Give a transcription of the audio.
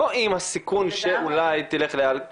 לא עם הסיכוי שאולי, תרחיבי טיפה.